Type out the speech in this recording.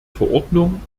verordnung